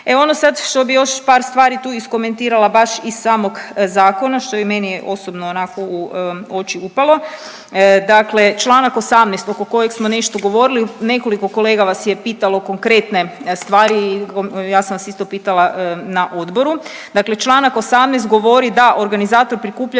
E ono sad što bi još par stvari tu iskomentirala baš iz samog zakona, što je meni osobno onako u oči upalo. Dakle, članak 18. oko kojeg smo nešto govorili, nekoliko kolega vas je pitalo konkretne stvari i ja sam vas isto pitala na odboru. Dakle, članak 18. govori da organizator prikupljanja